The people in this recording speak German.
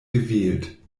gewählt